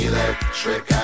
Electric